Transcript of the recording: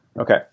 Okay